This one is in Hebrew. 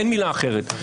אין מילה אחת.